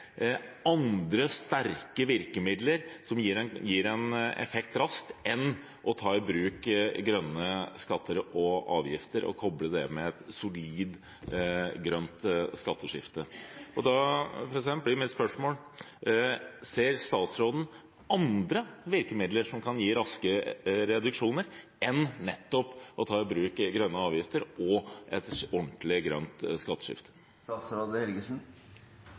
andre sterke virkemidler som gir en effekt raskt, enn å ta i bruk grønne skatter og avgifter og koble det med et solid grønt skatteskifte. Da blir mitt spørsmål: Ser statsråden andre virkemidler som kan gi raske reduksjoner, enn nettopp å ta i bruk grønne avgifter og et ordentlig grønt